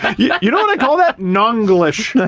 yeah you know, they call that? non-glish.